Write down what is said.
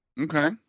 okay